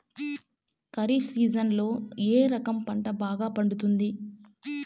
ఖరీఫ్ సీజన్లలో ఏ రకం పంట బాగా పండుతుంది